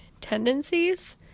tendencies